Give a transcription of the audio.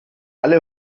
alle